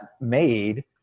made